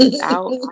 out